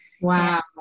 Wow